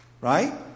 Right